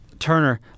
Turner